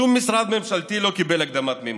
שום משרד ממשלתי לא קיבל הקדמת מימון,